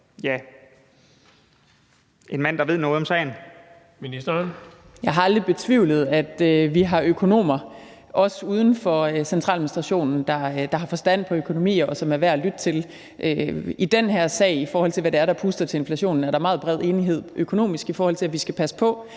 Jeg har aldrig betvivlet, at vi har økonomer, også uden for centraladministrationen, der har forstand på økonomi, og som er værd at lytte til. I den her sag, altså i forhold til hvad det er, der puster til inflationen, er der meget bred enighed økonomisk set, i forhold til at vi skal passe på.